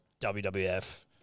WWF